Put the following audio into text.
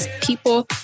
people